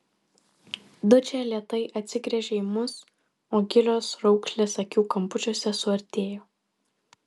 dučė lėtai atsigręžė į mus o gilios raukšlės akių kampučiuose suartėjo